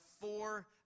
four